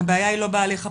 הבעיה היא לא בהליך הפלילי.